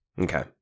Okay